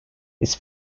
it’s